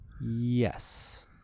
Yes